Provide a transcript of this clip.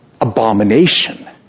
abomination